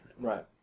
Right